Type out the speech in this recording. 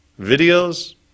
videos